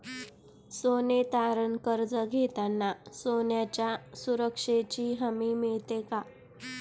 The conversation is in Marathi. सोने तारण कर्ज घेताना सोन्याच्या सुरक्षेची हमी मिळते का?